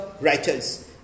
writers